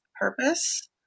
purpose